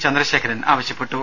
ചന്ദ്രശേഖരൻ ആവശ്യപ്പെട്ടു